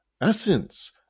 essence